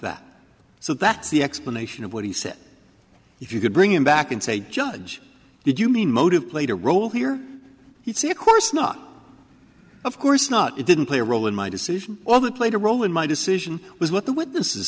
that so that's the explanation of what he said if you could bring him back and say judge did you mean motive played a role here he of course not of course not it didn't play a role in my decision although played a role in my decision was what the witnesses